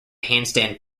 handstand